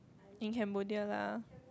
in Cambodia lah